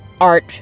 art